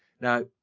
Now